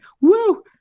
Woo